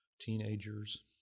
teenagers